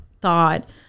thought